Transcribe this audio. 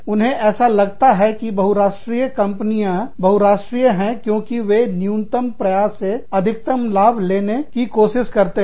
उन्हें ऐसा लगता है कि बहुराष्ट्रीय कंपनियां बहुराष्ट्रीय हैं क्योंकि वे न्यूनतम प्रयास से अधिकतम लाभ लेने चुसने की कोशिश करते हैं